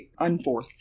Unforth